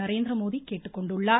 நரேந்திரமோடி கேட்டுக்கொண்டுள்ளார்